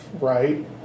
right